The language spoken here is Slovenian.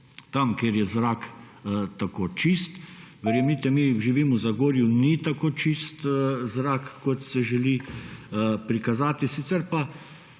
tam, kjer je zrak tako čist. Verjemite mi, živim v Zagorju, ni tako čist zrak, kot se želi prikazati. Sicer pa